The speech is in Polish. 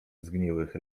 zgniłych